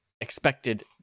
expected